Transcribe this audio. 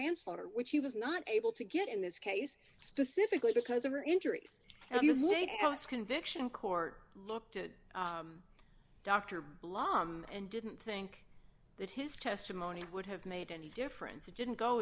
manslaughter which he was not able to get in this case specifically because of her injuries conviction core look to dr blom and didn't think that his testimony would have made any difference it didn't go